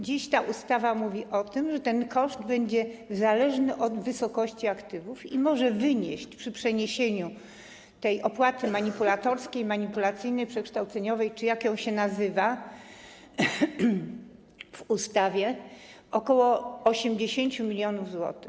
Dziś ta ustawa mówi o tym, że ten koszt będzie zależny od wysokości aktywów i może wynieść przy przeniesieniu opłaty manipulatorskiej, manipulacyjnej, przekształceniowej, czy jak ją się nazywa w ustawie, ok. 80 mln zł.